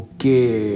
Okay